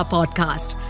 Podcast